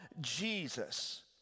Jesus